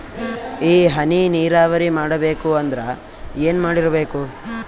ಈ ಹನಿ ನೀರಾವರಿ ಮಾಡಬೇಕು ಅಂದ್ರ ಏನ್ ಮಾಡಿರಬೇಕು?